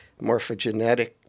morphogenetic